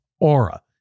Aura